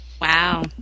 Wow